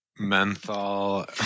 menthol